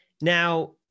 Now